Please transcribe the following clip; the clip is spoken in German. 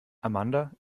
amanda